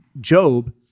Job